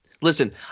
Listen